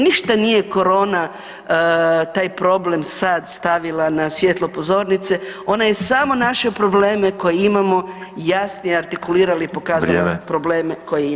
Ništa nije korona taj problem sad stavila na svjetlo pozornice, ona je samo naše probleme koje imamo jasnije artikulirala i pokazala probleme koje imamo.